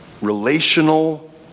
Relational